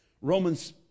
Romans